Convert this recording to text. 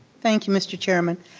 thank you mr. chairman.